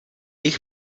jich